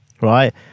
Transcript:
right